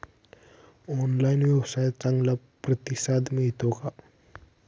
Online व्यवसायात चांगला प्रतिसाद मिळतो का?